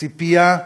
ציפייה,